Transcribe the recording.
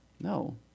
No